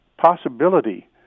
possibility